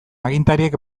agintariek